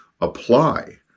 apply